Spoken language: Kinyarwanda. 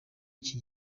iki